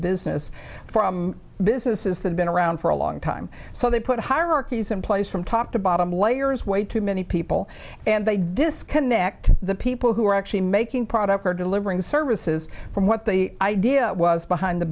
business from business is that been around for a long time so they put hierarchies in place from top to bottom layers way too many people and they disconnect the people who are actually making product or delivering services from what the idea was behind the